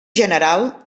general